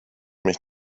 mich